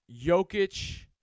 Jokic